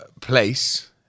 place